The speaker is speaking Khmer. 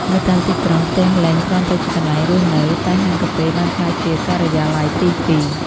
នៅតាមទីក្រុង ផ្ទះលែងគ្រាន់តែជាកន្លែងរស់នៅ តែហាងកាហ្វេបានក្លាយជា "ការិយាល័យទី២"។